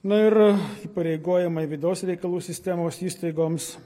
na ir įpareigojama vidaus reikalų sistemos įstaigoms